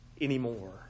anymore